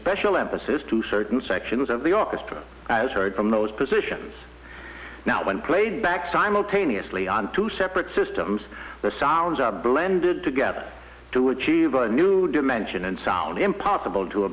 special emphasis to certain sections of the orchestra as heard from those positions now when played back simultaneously on two separate systems the sounds are blended together to achieve a new dimension and sound impossible to